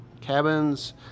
cabins